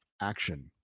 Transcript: action